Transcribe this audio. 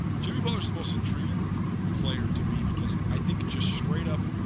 jury but was most intriguing player to me because i think just straight up